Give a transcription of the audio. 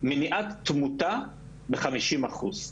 היא מניעת תמותה ב-50 אחוז.